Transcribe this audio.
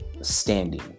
standing